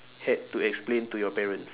had to explain to your parents